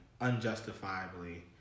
Unjustifiably